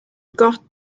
gôt